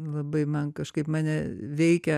labai man kažkaip mane veikia